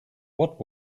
what